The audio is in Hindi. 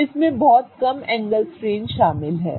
तो इसमें बहुत कम एंगल स्ट्रेन शामिल है